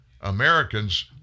Americans